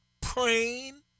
praying